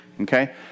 okay